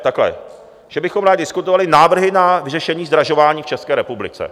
Takhle, že bychom rádi diskutovali Návrhy na vyřešení zdražování v České republice.